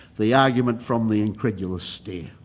the argument from the incredulous stare.